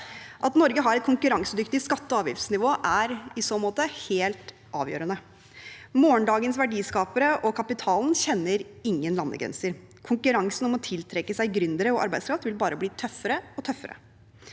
At Norge har et konkurransedyktig skatte- og avgiftsnivå, er i så måte helt avgjørende. Kapitalen og morgendagens verdiskapere kjenner ingen landegrenser. Konkurransen om å tiltrekke seg gründere og arbeidskraft vil bare bli tøffere og tøffere,